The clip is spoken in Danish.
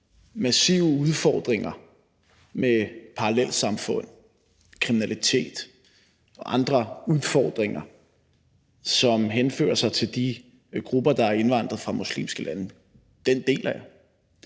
massive udfordringer med parallelsamfund, kriminalitet og andet, som kan henføres til de grupper, der er indvandret fra muslimske lande, deler jeg.